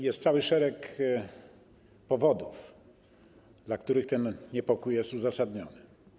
Jest cały szereg powodów, dla których ten niepokój jest uzasadniony.